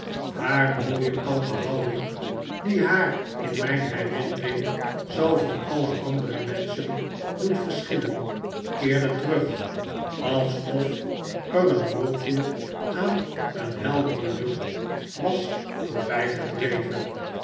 haar mooie kalme houding die haar in mijn herinnering zoo van alle andere menschen doet verschillen keerde terug alsof er een wolkje aan een heldere lucht was